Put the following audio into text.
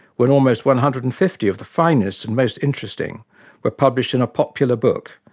when almost one hundred and fifty of the finest and most interesting were published in a popular book,